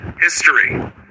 history